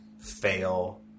fail